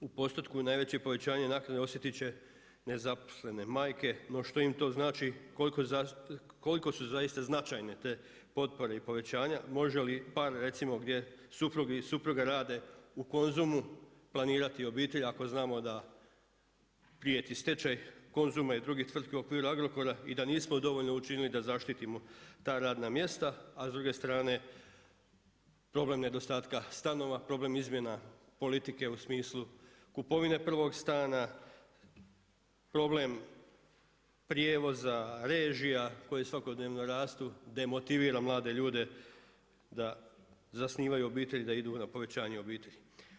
U postotku najveće povećanje naknade osjetit će nezaposlene majke, no što im to znači koliko su zaista značajne te potpore i povećanja, može li par, recimo gdje suprug i supruga rade u Konzumu, planirati obitelj ako znamo da prijeti stečaj Konzuma i drugih tvrtki u okviru Agrokora i da nismo dovoljno učinili da zaštitimo ta radna mjesta, a s druge strane, problem nedostatka stanova, problem izmjena politika u smislu kupovine prvog stana, problem prijevoza režija, koje svakodnevno rastu demotivira mlade ljude da zasnivaju obitelj i da idu na povećanje obitelji.